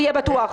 תהיה בטוח.